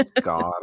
god